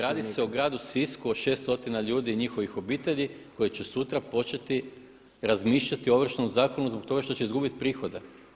Radi se o gradu Sisku o 600 ljudi i njihovih obitelji koji će sutra početi razmišljati o Ovršnom zakonu zbog toga što će izgubiti prihode.